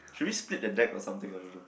should we split the deck or something I don't know